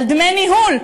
על דמי ניהול.